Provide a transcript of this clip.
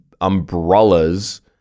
umbrellas